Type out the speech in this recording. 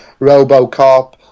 RoboCop